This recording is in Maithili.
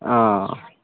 हँ